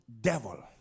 devil